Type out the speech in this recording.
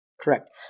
Correct